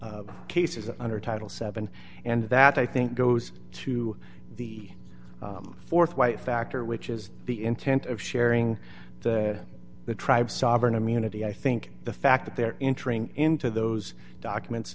of cases under title seven and that i think goes to the th white factor which is the intent of sharing the tribe sovereign immunity i think the fact that they're entering into those documents